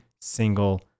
single